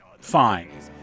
fine